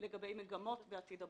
לגבי מגמות בעתיד הבריאות.